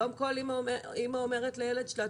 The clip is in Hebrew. היום כל אימא אומרת לילד שלה,